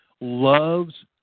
loves